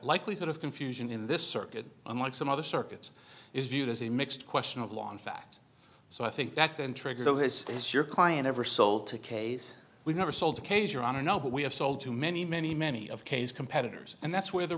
likelihood of confusion in this circuit unlike some other circuits is viewed as a mixed question of law in fact so i think that then triggered oh this is your client ever sold to case we've never sold the case your honor now but we have sold to many many many of cain's competitors and that's where the